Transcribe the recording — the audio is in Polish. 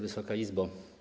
Wysoka Izbo!